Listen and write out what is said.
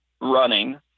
running